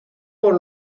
por